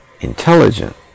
intelligent